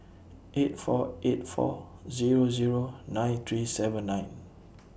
eight four eight four Zero Zero nine three seven nine